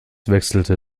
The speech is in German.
wechselte